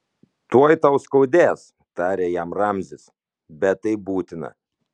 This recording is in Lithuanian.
tuoj tau skaudės tarė jam ramzis bet tai būtina